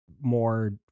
more